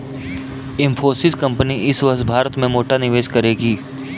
Infosys company इस वर्ष भारत में मोटा निवेश करेगी